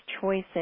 choices